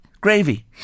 Gravy